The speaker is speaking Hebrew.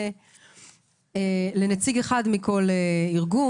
אפנה לנציג אחד מכל ארגון.